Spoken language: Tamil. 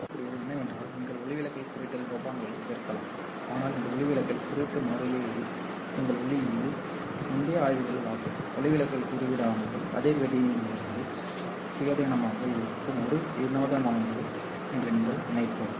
இப்போது நீங்கள் காணக்கூடியது என்னவென்றால் நீங்கள் ஒளிவிலகல் குறியீட்டில் டோபண்டுகளைச் சேர்க்கலாம் ஆனால் இந்த ஒளிவிலகல் குறியீட்டு மாறிலி நீங்கள் ஒளியியலில் முந்தைய ஆய்வுகள் ஆகும் ஒளிவிலகல் குறியீடானது அதிர்வெண்ணிலிருந்து சுயாதீனமாக இருக்கும் ஒரு வினோதமானது என்று நீங்கள் நினைப்போம்